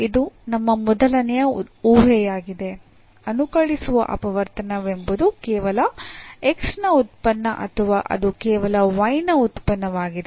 ಇದು ನಮ್ಮ ಮೊದಲನೆಯ ಊಹೆಯಾಗಿದೆ ಅನುಕಲಿಸುವ ಅಪವರ್ತನವೆಂಬುದು ಕೇವಲ x ನ ಉತ್ಪನ್ನ ಅಥವಾ ಅದು ಕೇವಲ y ನ ಉತ್ಪನ್ನವಾಗಿದೆ